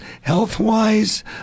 health-wise